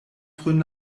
frühen